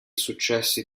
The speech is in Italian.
successi